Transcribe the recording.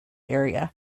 area